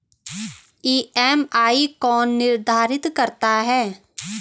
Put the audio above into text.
EMI कौन निर्धारित करता है?